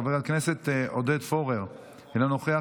חבר הכנסת עודד פורר אינו נוכח,